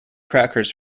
crackers